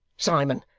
simon,